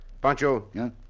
Pancho